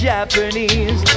Japanese